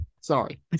Sorry